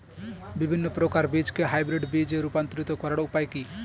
বিভিন্ন প্রকার বীজকে হাইব্রিড বীজ এ রূপান্তরিত করার উপায় কি?